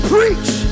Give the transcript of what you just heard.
Preach